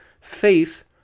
faith